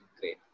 great